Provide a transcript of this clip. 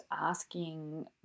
asking